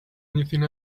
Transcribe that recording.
anything